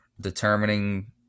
determining